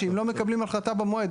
שאם לא מקבלים החלטה במועד,